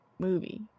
movie